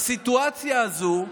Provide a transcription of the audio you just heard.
בסיטואציה הזו,